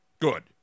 Good